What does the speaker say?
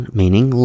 meaning